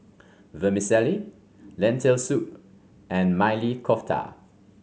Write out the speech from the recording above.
Vermicelli Lentil Soup and Maili Kofta